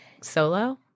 solo